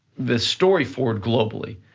this story forward globally,